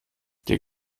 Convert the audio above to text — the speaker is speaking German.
der